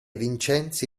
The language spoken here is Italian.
vincenzi